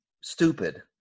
stupid